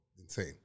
Insane